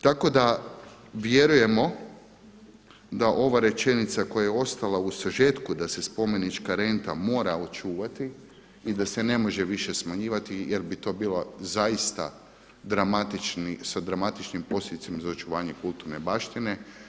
Tako da vjerujemo da ova rečenica koja je ostala u sažetku da se spomenička renta mora očuvati i da se ne može više smanjivati jer bi to bilo zaista sa dramatičnim posljedicama za očuvanje kulturne baštine.